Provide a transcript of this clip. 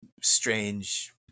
strange